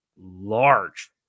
large